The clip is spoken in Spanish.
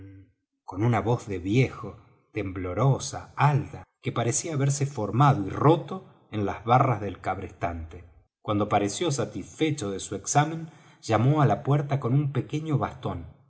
con una voz de viejo temblorosa alta que parecía haberse formado y roto en las barras del cabrestante cuando pareció satisfecho de su examen llamó á la puerta con un pequeño bastón